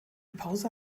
pause